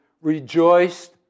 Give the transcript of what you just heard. rejoiced